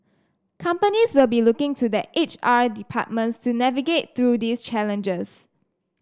companies will be looking to their H R departments to navigate through these challenges